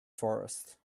forest